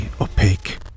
opaque